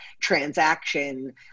transaction